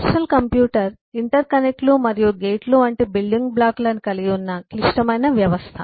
personal computer ఇంటర్కనెక్ట్లు మరియు గేట్లు వంటి బిల్డింగ్ బ్లాక్లను కలిగి ఉన్న క్లిష్టమైన వ్యవస్థ